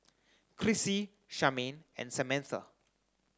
Crissie Charmaine and Samantha